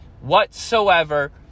whatsoever